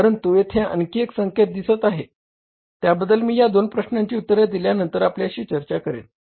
परंतु येथे आणखी एक संकेत दिसत आहे त्याबद्दल मी या दोन प्रश्नांची उत्तरे दिल्यानंतर आपल्याशी चर्चा करेन